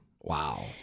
Wow